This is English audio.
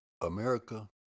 America